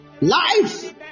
Life